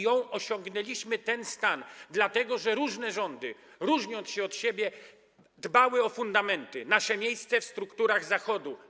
I osiągnęliśmy ten stan, dlatego że różne rządy, różniąc się od siebie, dbały o fundamenty, nasze miejsce w strukturach Zachodu.